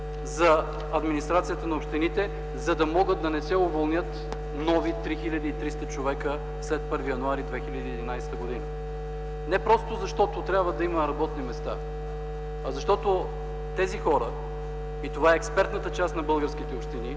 за администрацията на общините, за да могат да не бъдат уволнени нови 3 хил. 300 човека след 1 януари 2011 г.? И не просто, защото трябва да има работни места, а защото тези хора са експертната част на българските общини.